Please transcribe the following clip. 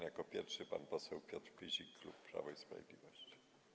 Jako pierwszy pan poseł Piotr Pyzik, klub Prawo i Sprawiedliwość.